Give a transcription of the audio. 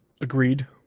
Agreed